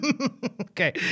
okay